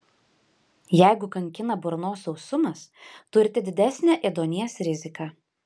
jeigu kankina burnos sausumas turite didesnę ėduonies riziką